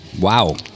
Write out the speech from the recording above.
Wow